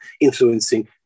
influencing